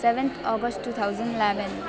seventh August two thousand eleven